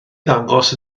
ddangos